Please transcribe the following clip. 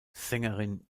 sängerin